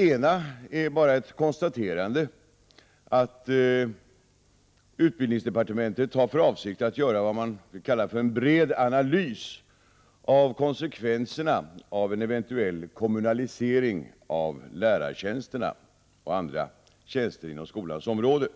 En fråga är bara ett konstaterande att utbildningsdepartementet har för avsikt att göra en bred analys av konsekvenserna av en eventuell kommunalisering av lärartjänsterna och andra tjänster inom skolans område.